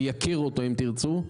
מייקר אותו אם תרצו,